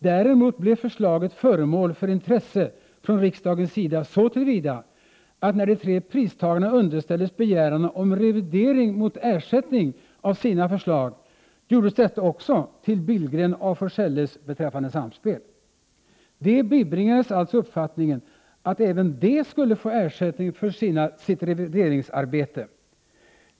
Däremot blev förslaget föremål för intresse från riksdagens sida så till vida, att när de tre pristagarna underställdes begäran om revidering mot ersättning av sina förslag, gjordes detta också till Billgren-af Forselles beträffande ”Samspel”. De bibringades alltså uppfattningen, att även de skulle få ersättning för sitt revideringsarbete.